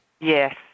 Yes